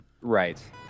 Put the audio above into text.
Right